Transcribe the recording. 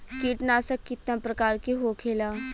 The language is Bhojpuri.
कीटनाशक कितना प्रकार के होखेला?